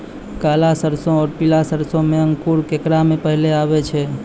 काला सरसो और पीला सरसो मे अंकुर केकरा मे पहले आबै छै?